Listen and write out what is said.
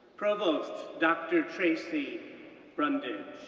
provost dr. tracy brundage,